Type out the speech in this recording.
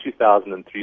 2003